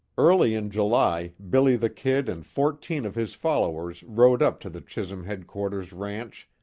early in july, billy the kid and fourteen of his followers rode up to the chisum headquarters ranch,